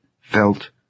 felt